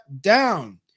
down